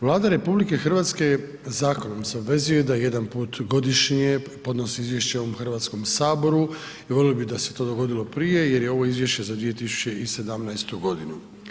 Vlada RH zakonom se obvezuje da jedan put godišnje podnosi izvješće ovom Hrvatskom saboru i volio bih da se to dogodilo prije jer je ovo izvješće za 2017. godinu.